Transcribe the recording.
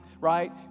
right